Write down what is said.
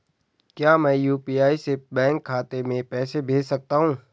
क्या मैं यु.पी.आई से बैंक खाते में पैसे भेज सकता हूँ?